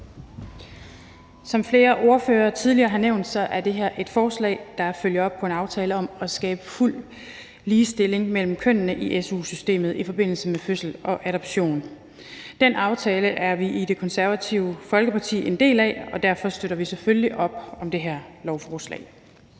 Som flere ordførere tidligere har nævnt, er det her et forslag, der følger op på en aftale om at skabe fuld ligestilling mellem kønnene i su-systemet i forbindelse med fødsel og adoption. Den aftale er vi i Det Konservative Folkeparti en del af, og derfor støtter vi selvfølgelig op om det her lovforslag.